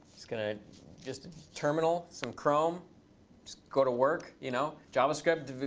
it's going to just terminal, some chrome. just go to work, you know? javascript,